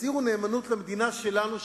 תצהירו נאמנות למדינה שלנו,